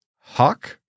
Hawk